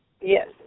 Yes